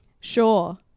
sure